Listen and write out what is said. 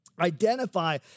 Identify